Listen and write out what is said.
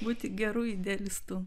būti geru idealistu